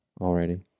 already